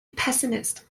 pessimist